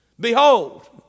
Behold